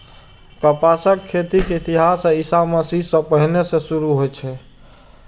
कपासक खेती के इतिहास ईशा मसीह सं पहिने सं शुरू होइ छै